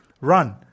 run